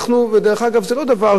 זה לא דבר שקרה פעם,